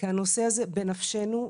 כי הנושא הזה בנפשנו,